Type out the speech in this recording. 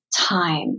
time